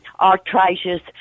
arthritis